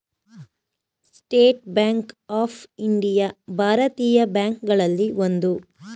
state Bank of India ಭಾರತೀಯ bank ಗಳಲ್ಲಿ ಒಂದು